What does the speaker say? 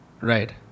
Right